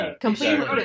completely